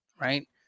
right